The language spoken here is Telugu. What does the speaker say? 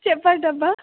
చెప్పండమ్మా